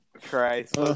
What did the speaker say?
Christ